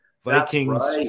Vikings